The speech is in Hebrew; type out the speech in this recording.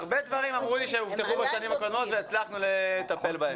הרבה דברים אמרו לי שהובטחו בשנים קודמות והצלחנו לטפל בהם.